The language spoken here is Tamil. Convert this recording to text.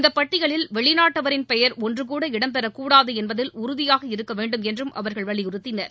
இந்தப் பட்டியலில் வெளிநாட்டவரின் பெயர் ஒன்றுகூட இடம்பெறக் கூடாது என்பதில் உறுதியாக இருக்க வேண்டும் என்றும் அவர்கள் வலியுறுத்தினர்